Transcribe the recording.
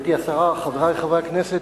גברתי השרה, חברי חברי הכנסת,